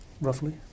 Roughly